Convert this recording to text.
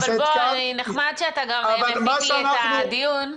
נחמד שאתה --- את הדיון.